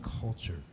culture